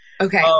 Okay